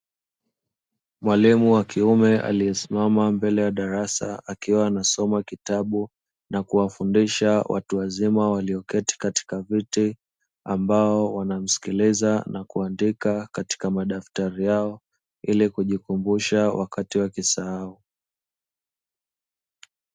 Mwalimu wa kiume aliyesimama mbele ya darasa akiwa anasoma kitabu na kuwafundisha watu wazima walioketi katika viti, ambao wanamsikiliza na kuandika katika madaftari yao ili kujikumbusha wakati wakisahau.